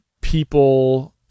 people